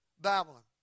Babylon